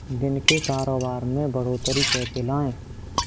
दिन के कारोबार में बढ़ोतरी कैसे लाएं?